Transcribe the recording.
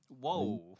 Whoa